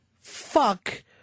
fuck